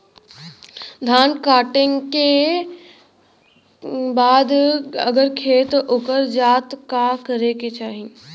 धान कांटेके बाद अगर खेत उकर जात का करे के चाही?